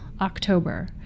October